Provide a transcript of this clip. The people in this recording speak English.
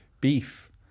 Beef